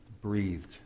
breathed